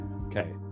okay